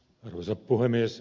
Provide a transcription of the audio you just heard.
arvoisa puhemies